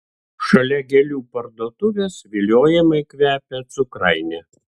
šalia gėlių parduotuvės viliojamai kvepia cukrainė